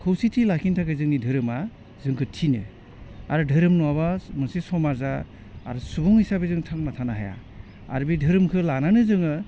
खौसेथि लाखिनो थाखाय जोंनि धोरोमा जोंखौ थिनो आरो धोरोम नङाबा मोनसे समाजा आरो सुबुं हिसाबै जों थांना थानो हाया आरो बे धोरोमखो लानानै जोङो